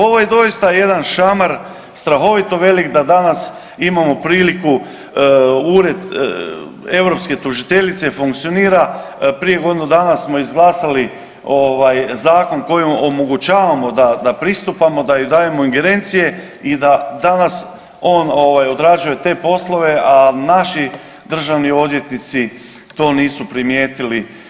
Ovo je doista jedan šamar strahovito velik da danas imamo priliku ured europske tužiteljice funkcionira prije godinu dana smo izglasali ovaj zakon kojim omogućavamo da, da pristupamo, da joj dajemo ingerencije i da danas on ovaj odrađuje te poslove, a naši državni odvjetnici to nisu primijetili.